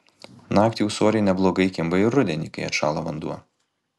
naktį ūsoriai neblogai kimba ir rudenį kai atšąla vanduo